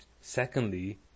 secondly